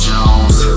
Jones